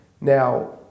Now